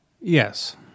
Yes